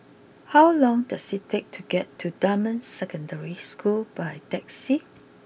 how long does it take to get to Dunman Secondary School by taxi